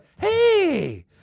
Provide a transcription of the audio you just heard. hey